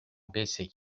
baissé